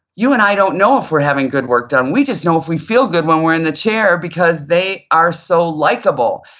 you and i don't know if we're having good work done. we just know if we feel good when we're in the chair because they are so likable.